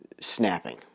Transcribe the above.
snapping